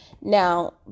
Now